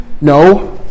No